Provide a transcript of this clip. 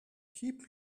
keep